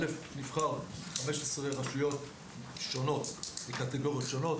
ראשית נבחר 15 רשויות שונות מקטגוריות שונות,